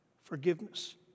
forgiveness